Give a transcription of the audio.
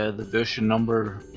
ah the version number.